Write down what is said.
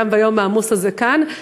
גם ביום העמוס הזה כאן.